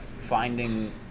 finding